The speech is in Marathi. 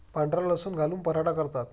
पांढरा लसूण घालून पराठा करतात